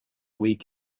week